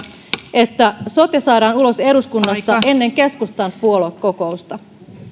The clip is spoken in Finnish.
että sote saadaan ulos eduskunnasta ennen keskustan puoluekokousta